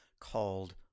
called